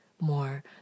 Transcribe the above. more